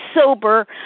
sober